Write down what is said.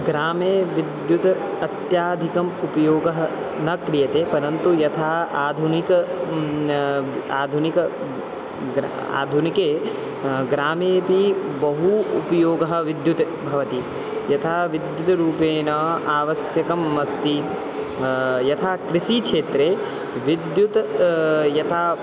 ग्रामे विद्युतः अत्यधिकः उपयोगः न क्रियते परन्तु यथा आधुनिकः आधुनिकः आधुनिके ग्रामेपि बहु उपयोगः विद्युतः भवति यथा विद्युतरूपेण आवश्यकम् अस्ति यथा कृषिक्षेत्रे विद्युत् यथा